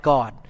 God